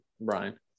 brian